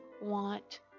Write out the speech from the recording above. want